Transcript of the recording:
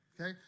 Okay